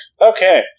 Okay